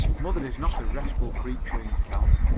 mother is not a restful creature in camp.